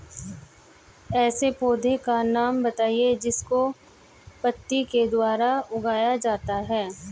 ऐसे पौधे का नाम बताइए जिसको पत्ती के द्वारा उगाया जाता है